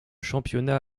championnat